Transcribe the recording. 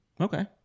Okay